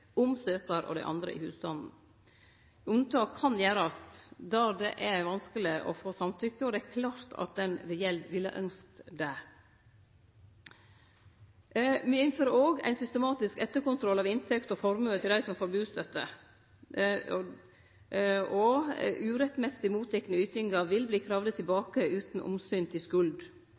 søkjaren og dei andre i husstanden. Unntak kan gjerast der det er vanskeleg å få samtykke, og det er klart at den det gjeld, ville ynskt det. Me innfører òg ein systematisk etterkontroll av inntekt og formue til dei som får bustøtte. Urettmessig mottekne ytingar vil verte kravde tilbake utan omsyn til skuld.